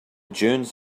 dunes